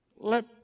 Let